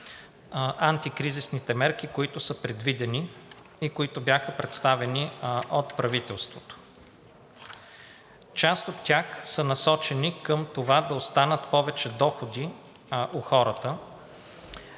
антикризисните мерки, които са предвидени и които бяха представени от правителството, част от тях са насочени към това да останат повече доходи у хората